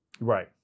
Right